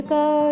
go